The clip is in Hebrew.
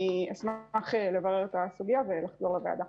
אני אשמח לברר את הסוגיה ולחזור לוועדה.